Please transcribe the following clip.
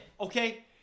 okay